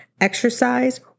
exercise